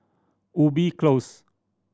Ubi Close